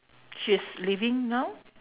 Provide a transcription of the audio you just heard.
she's leaving now